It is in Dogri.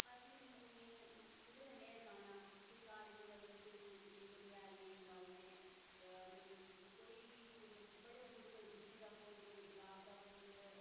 बस फेर में उनें उंदे कन्नै गे जाना फ्ही घर मतलब इयां कोई फुल्ल शुल्ल क्यारियें च लाई उड़ने मतलब कि कोई बी फुल्ल बड़े फुल्ल कोई गुट्टे दा फुल्ल कोई गलाब दा फुल्ल